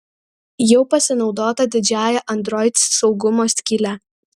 jau pasinaudota didžiąja android saugumo skyle